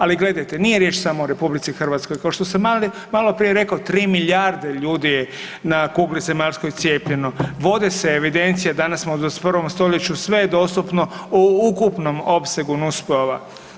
Ali gledajte, nije riječ samo o RH, košto sam maloprije rekao, 3 milijarde ljudi je na kugli zemaljskoj cijepljeno, vode se evidencije, danas smo u 21. stoljeću, sve je dostupno u ukupnom opsegu nus pojava.